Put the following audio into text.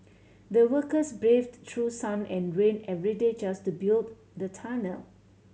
the workers braved through sun and rain every day just to build the tunnel